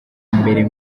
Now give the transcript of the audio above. mbere